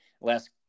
last